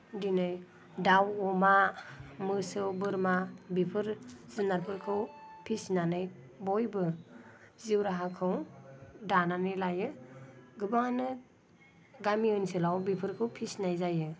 दिनै दाउ अमा मोसौ बोरमा बेफोर जुनारफोरखौ फिसिनानै बयबो जिउ राहाखौ दानानै लायो गोबाङानो गामि ओनसोलाव बेफोरखौ फिसिनाय जायो